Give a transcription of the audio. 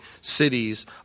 cities